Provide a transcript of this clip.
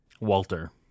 Walter